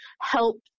help